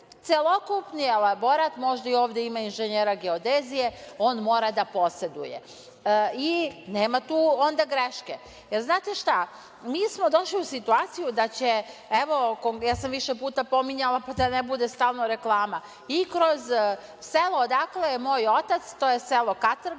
celokupni elaborat, možda i ovde ima inženjera geodezije, on mora da poseduje i tu onda nema greške. Znate šta, mi smo došli u situaciju da će, evo, ja sam više puta pominjala, da ne bude stalno reklama, i kroz selo odakle je moj otac, to je selo Katrga,